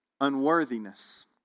Unworthiness